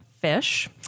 fish